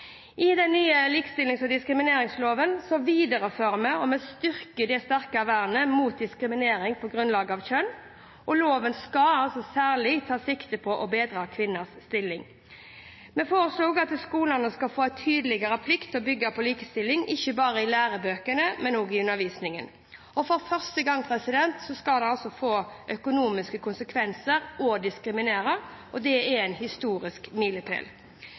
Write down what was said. I den nye likestillings- og diskrimineringsloven viderefører og styrker vi det sterke vernet mot diskriminering på grunnlag av kjønn. Loven skal altså særlig ta sikte på å bedre kvinners stilling. Vi foreslår at skolene skal få en tydeligere plikt til å bygge på likestilling, ikke bare i lærebøker, men også i undervisning. Og for første gang skal det få økonomiske konsekvenser å diskriminere. Det er en historisk milepæl.